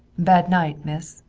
bad night, miss,